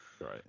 right